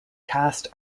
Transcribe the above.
caste